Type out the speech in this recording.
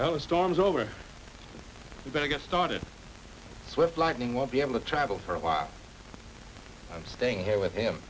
the storm is over you better get started with lightning won't be able to travel for a while i'm staying here with